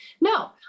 No